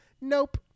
nope